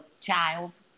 child